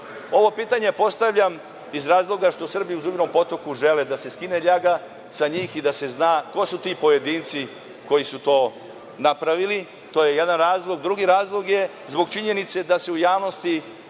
pitanje postavljam iz razloga što Srbi u Zubinom Potoku žele da se skine ljaga sa njih i da se zna ko su ti pojedinci koji su to napravili. To je jedan razlog. Drugi razlog je zbog činjenice da se u javnosti